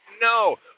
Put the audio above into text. No